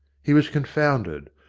he was confounded.